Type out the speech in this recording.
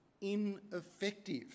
ineffective